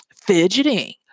fidgeting